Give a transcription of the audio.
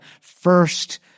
first